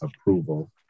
approval